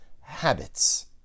habits